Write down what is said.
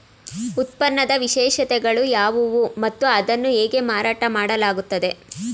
ಉತ್ಪನ್ನದ ವಿಶೇಷತೆಗಳು ಯಾವುವು ಮತ್ತು ಅದನ್ನು ಹೇಗೆ ಮಾರಾಟ ಮಾಡಲಾಗುತ್ತದೆ?